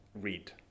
read